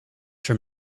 from